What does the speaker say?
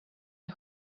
att